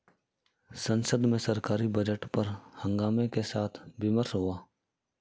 संसद में सरकारी बजट पर हंगामे के साथ विमर्श हुआ